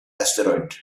asteroid